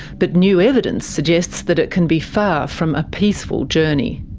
but new evidence suggests that it can be far from a peaceful journey.